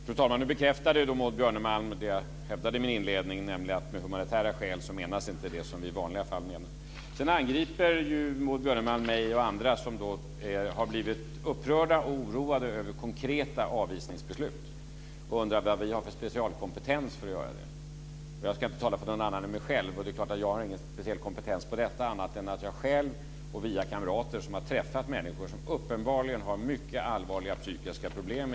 Fru talman! Nu bekräftade Maud Björnemalm det jag hävdade i min inledning, nämligen att med humanitära skäl menas inte det som vi i vanliga fall menar. Maud Björnemalm angriper mig och andra som har blivit upprörda och oroade över konkreta avvisningsbeslut och undrar vad vi har för specialkompetens för att vara det. Jag ska inte tala för någon annan än mig själv. Det är klart att jag inte har någon speciell kompetens på detta område, annat än att jag själv och kamrater har träffat människor som uppenbarligen har mycket allvarliga psykiska problem.